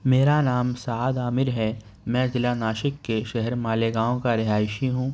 میرا نام صاد عامر ہے میں ضلع ناسک کے شہر مالیگاؤں کا رہائشی ہوں